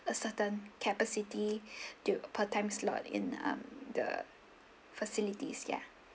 a certain capacity to per time slot in um the facilities ya